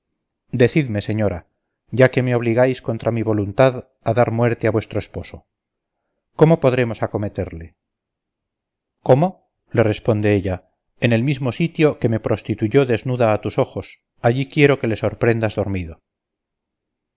decidme señora ya que me obligáis contra toda mi voluntad a dar la muerte a vuestro esposo cómo podremos acometerle cómo le responde ella en el mismo sitio que me prostituyó desnuda a tus ojos allí quiero que le sorprendas dormido